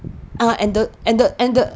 ah and the and the and the